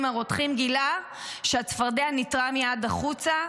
הרותחים גילה שהצפרדע ניתרה מייד החוצה,